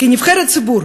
כנבחרת ציבור,